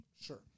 Sure